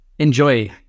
Enjoy